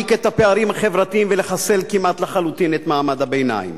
להעמיק את הפערים החברתיים ולחסל כמעט לחלוטין את מעמד הביניים.